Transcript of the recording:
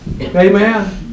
Amen